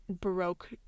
Baroque